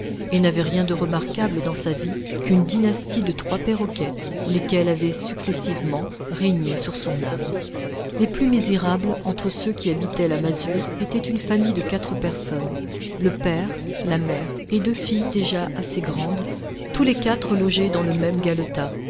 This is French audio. et n'avait rien de remarquable dans sa vie qu'une dynastie de trois perroquets lesquels avaient successivement régné sur son âme les plus misérables entre ceux qui habitaient la masure étaient une famille de quatre personnes le père la mère et deux filles déjà assez grandes tous les quatre logés dans le même galetas